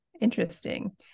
Interesting